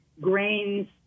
grains